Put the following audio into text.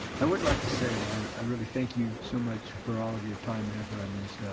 i would like to say that i really thank you so much for all of your time and effort on this.